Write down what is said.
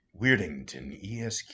weirdingtonesq